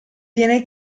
viene